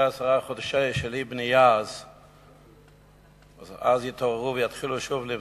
עשרה חודשים של אי-בנייה יתעוררו ויתחילו שוב לבנות,